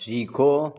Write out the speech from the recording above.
सीखो